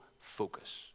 focus